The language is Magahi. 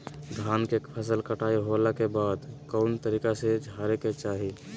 धान के फसल कटाई होला के बाद कौन तरीका से झारे के चाहि?